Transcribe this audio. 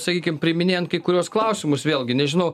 sakykim priiminėjant kai kuriuos klausimus vėlgi nežinau